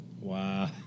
Wow